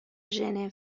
ژنو